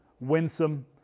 winsome